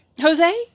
Jose